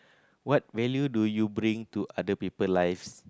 what value do you bring to other people lives